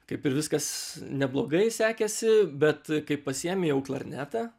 kaip ir viskas neblogai sekėsi bet kai pasiėmi jau klarnetą